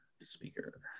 Speaker